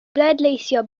bleidleisio